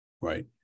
right